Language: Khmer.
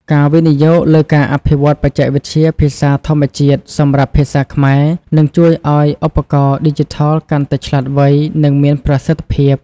ការវិនិយោគលើការអភិវឌ្ឍបច្ចេកវិទ្យាភាសាធម្មជាតិ សម្រាប់ភាសាខ្មែរ នឹងជួយឱ្យឧបករណ៍ឌីជីថលកាន់តែឆ្លាតវៃ និងមានប្រសិទ្ធភាព។